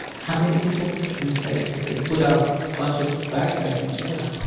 how many people can say that they put a bunch of bad guys in jail?